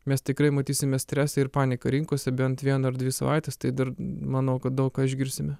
mes tikrai matysime stresą ir paniką rinkose bent vieną ar dvi savaites tai dar manau kad daug ką išgirsime